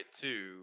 two –